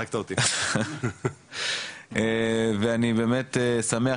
אני באמת שמח,